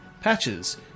Patches